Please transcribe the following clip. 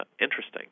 interesting